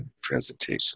presentation